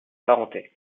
parenté